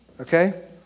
Okay